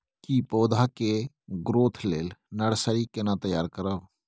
की पौधा के ग्रोथ लेल नर्सरी केना तैयार करब?